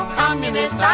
communist